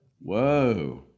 Whoa